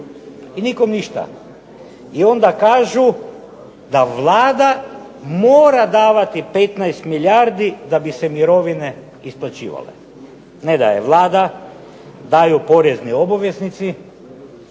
I nikom ništa. I onda kažu da Vlada mora davati 15 milijardi da bi se mirovine isplaćivale. Ne daje Vlada daju porezni obveznici,